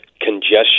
congestion